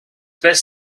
best